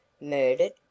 Murdered